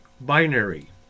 binary